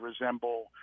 resemble